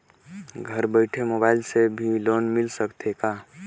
घर बइठे मोबाईल से भी लोन मिल सकथे का?